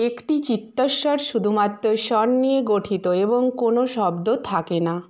একটি চিত্তস্বর শুধুমাত্র স্বর নিয়েই গঠিত এবং কোনও শব্দ থাকে না